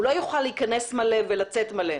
הוא לא יוכל להכנס מלא ולצאת מלא.